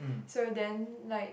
so then like